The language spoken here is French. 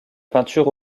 peinture